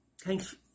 Thanks